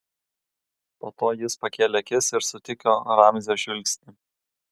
po to jis pakėlė akis ir sutiko ramzio žvilgsnį